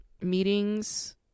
meetings